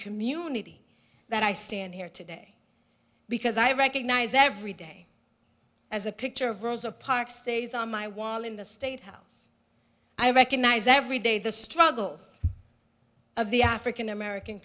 community that i stand here today because i recognize that every day as a picture of rosa parks stays on my wall in the state house i recognize every day the struggles of the african american